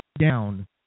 down